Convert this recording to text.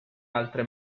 altre